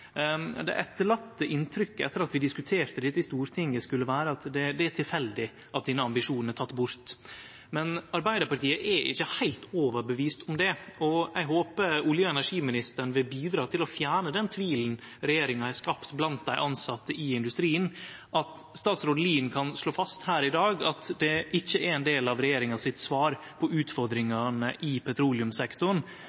Det etterlate inntrykket etter at vi hadde diskutert dette i Stortinget, skulle vere at det er tilfeldig at denne ambisjonen er teken bort. Men Arbeidarpartiet er ikkje heilt overtydd om det. Eg håper olje- og energiministeren vil bidra til å fjerne den tvilen regjeringa har skapt blant dei tilsette i industrien, at statsråd Lien kan slå fast her i dag at det ikkje er ein del av svaret frå regjeringa på